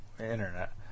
internet